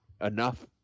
enough